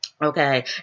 Okay